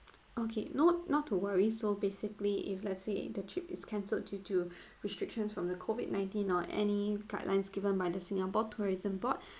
okay nope not to worry so basically if let's say if the trip is cancelled due to restrictions from the COVID nineteen or any guidelines given by the singapore tourism board